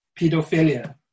pedophilia